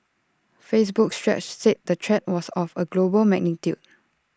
Facebook's stretch said the threat was of A global magnitude